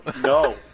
No